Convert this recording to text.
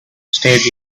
state